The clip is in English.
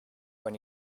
when